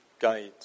guides